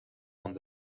aan